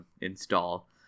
install